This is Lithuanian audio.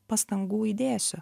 pastangų įdėsiu